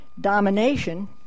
domination